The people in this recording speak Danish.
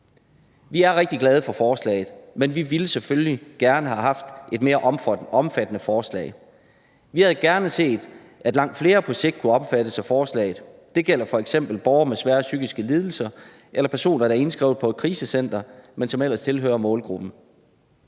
Vi er rigtig glade for forslaget, men vi ville selvfølgelig gerne have haft et mere omfattende forslag. Vi havde gerne set, at langt flere på sigt kunne omfattes af forslaget. Det gælder f.eks. borgere med svære psykiske lidelser eller personer, der er indskrevet på et krisecenter, men som ellers tilhører målgruppen.